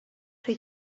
rhy